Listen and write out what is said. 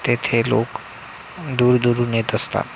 तेथे लोक दूरदूरून येत असतात